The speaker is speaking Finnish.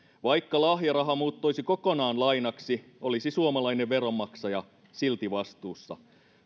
vaikka lahjaraha muuttuisi kokonaan lainaksi olisi suomalainen veronmaksaja silti vastuussa